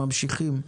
ממשיכים,